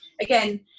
Again